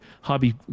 hobby